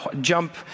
jump